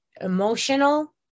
emotional